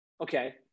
Okay